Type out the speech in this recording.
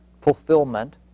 fulfillment